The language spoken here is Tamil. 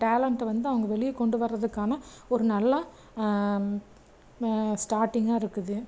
டேலண்ட்டை வந்து அவங்க வெளியே கொண்டு வர்றதுக்கான ஒரு நல்லா ஸ்டார்டிங்காக இருக்குது